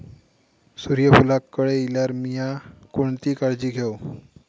सूर्यफूलाक कळे इल्यार मीया कोणती काळजी घेव?